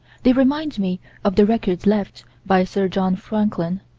they remind me of the records left, by sir john franklin,